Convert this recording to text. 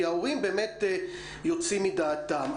כי ההורים באמת יוצאים מדעתם.